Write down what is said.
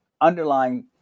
underlying